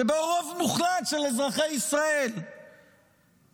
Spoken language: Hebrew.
שבו רוב מוחלט של אזרחי ישראל חושבים,